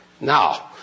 now